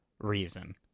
reason